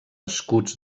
escuts